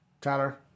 Tyler